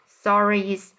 sorry